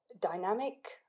dynamic